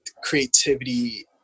creativity